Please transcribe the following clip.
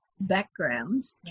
backgrounds